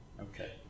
Okay